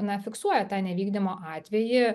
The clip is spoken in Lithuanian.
na fiksuoja tą nevykdymo atvejį